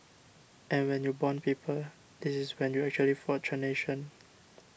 and when you bond people this is when you actually forge a nation